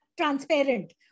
Transparent